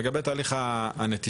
לגבי תהליך הנטישה,